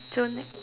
so next